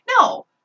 No